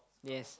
yes